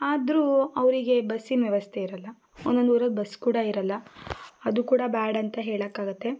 ಆದರೂ ಅವರಿಗೆ ಬಸ್ಸಿನ ವ್ಯವಸ್ಥೆ ಇರಲ್ಲ ಒಂದೊಂದು ಊರಲ್ಲಿ ಬಸ್ ಕೂಡ ಇರಲ್ಲ ಅದು ಕೂಡ ಬ್ಯಾಡ್ ಅಂತ ಹೇಳಕಾಗತ್ತೆ